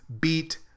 beat